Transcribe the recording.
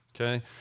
okay